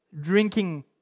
drinking